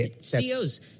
CEOs